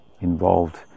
involved